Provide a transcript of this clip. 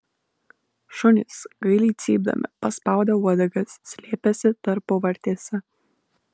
šunys gailiai cypdami paspaudę uodegas slėpėsi tarpuvartėse